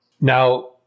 Now